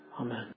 Amen